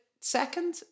second